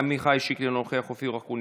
מיכל שיר סגמן,